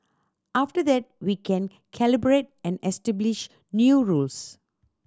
after that we can calibrate and establish new rules